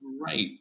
Right